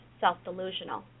self-delusional